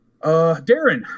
Darren